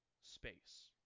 space